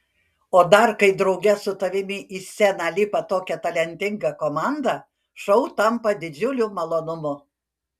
o dar kai drauge su tavimi į sceną lipa tokia talentinga komanda šou tampa didžiuliu malonumu